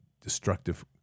destructive